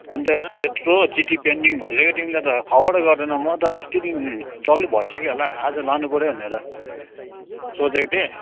अनि त हेर न त्यत्रो चिट्ठी पेन्डिङ भइसक्यो तिमीले त खबरै गर्दैनौ म त अस्तिदेखिन् डल्लै भइसक्यो होला आज लानुपर्यो भनेर सोधेको थिएँ